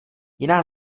jiná